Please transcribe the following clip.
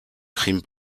crime